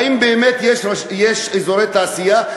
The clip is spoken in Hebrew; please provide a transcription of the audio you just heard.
האם באמת יש אזורי תעשייה?